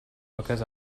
because